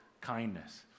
kindness